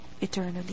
eternally